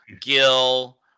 Gil